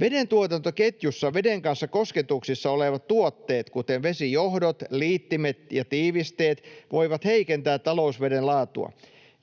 Vedentuotantoketjussa veden kanssa kosketuksissa olevat tuotteet, kuten vesijohdot, liittimet ja tiivisteet, voivat heikentää talousveden laatua.